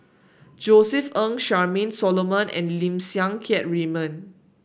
Josef Ng Charmaine Solomon and Lim Siang Keat Raymond